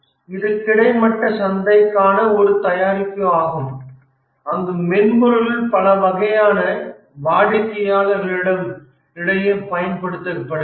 இது கிடைமட்ட சந்தைக்கான ஒரு தயாரிப்பு ஆகும் அங்கு மென்பொருள் பல வகையான வாடிக்கையாளர்களிடையே பயன்படுத்தப்படுகிறது